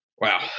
wow